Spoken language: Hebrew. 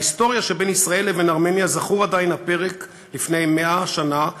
בהיסטוריה שבין ישראל לבין ארמניה זכור עדיין הפרק מלפני 100 שנה,